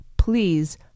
Please